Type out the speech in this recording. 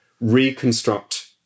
reconstruct